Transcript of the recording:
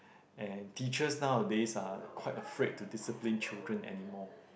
and teachers nowadays are quite afraid to discipline children anymore